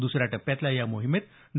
द्सऱ्या टप्प्यातल्या या मोहिमेत डॉ